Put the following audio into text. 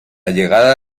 llegada